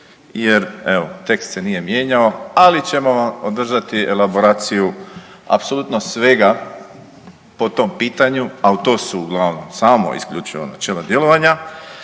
evo tekst se nije mijenjao, ali ćemo vam održati elaboraciju apsolutno svega po tom pitanju, a to su uglavnom samo isključivo načela djelovanja